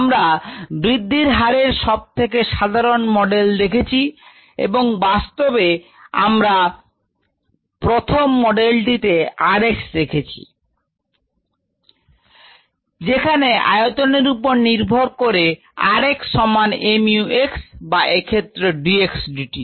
আমরা বৃদ্ধির হারের সবথেকে সাধারন মডেল দেখেছি এবং বাস্তবে আমরা প্রথম মডেলটিতে r x দেখেছি যেখানে আয়তনের উপর নির্ভর করে r xসমান mu x বা এক্ষেত্রে d xdt